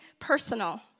personal